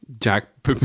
Jack